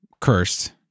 cursed